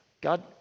God